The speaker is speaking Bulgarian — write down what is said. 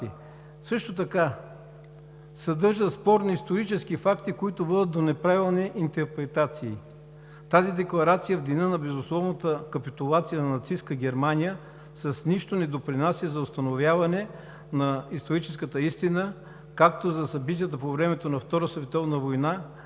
Също така съдържа спорни исторически факти, които водят до неправилни интерпретации. Тази декларация, в деня на безусловната капитулация на нацистка Германия, с нищо не допринася за установяването на историческите факти както за събитията по време на Втората световна война,